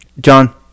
John